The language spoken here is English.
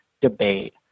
debate